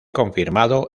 confirmado